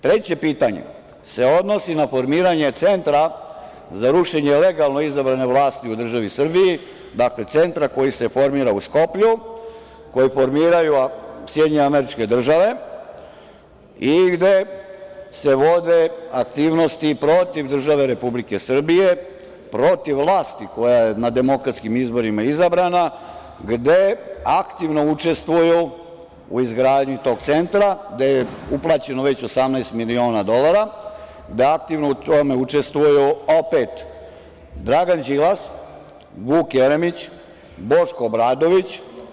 Treće pitanje se odnosi na formiranje centra za rušenje legalno izabrane vlasti u državi Srbiji, dakle, centra koji se formira u Skoplju, koji formiraju SAD i gde se vode aktivnosti protiv države Republike Srbije, protiv vlasti koja je na demokratskim izborima izabrana, gde aktivno učestvuju u izgradnji tog centra, gde je uplaćeno već 18 miliona dolara, da aktivno u tome učestvuju opet Dragan Đilas, Vuk Jeremić, Boško Obradović.